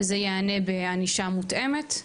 זה יענה בענישה מותאמת,